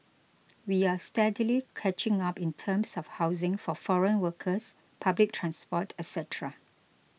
we are steadily catching up in terms of housing for foreign workers public transport etcetera